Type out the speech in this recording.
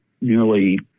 nearly